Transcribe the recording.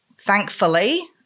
thankfully